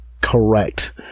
Correct